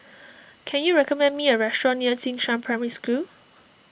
can you recommend me a restaurant near Jing Shan Primary School